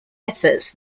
efforts